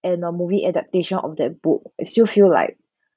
and a movie adaptation of that book it's still feel like